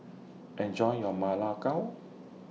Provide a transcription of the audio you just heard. Enjoy your Ma Lai Gao